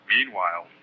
Meanwhile